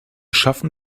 schaffen